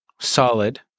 solid